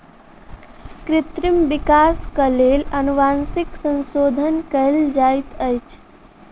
कृत्रिम विकासक लेल अनुवांशिक संशोधन कयल जाइत अछि